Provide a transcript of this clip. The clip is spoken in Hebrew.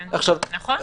נכון.